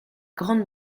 grande